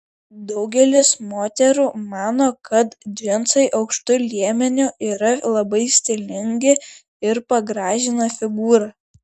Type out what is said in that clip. daugelis moterų mano kad džinsai aukštu liemeniu yra labai stilingi ir pagražina figūrą